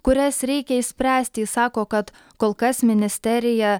kurias reikia išspręsti jis sako kad kol kas ministerija